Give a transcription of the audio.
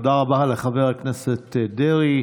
תודה רבה לחבר הכנסת דרעי.